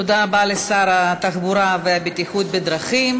תודה רבה לשר התחבורה והבטיחות בדרכים.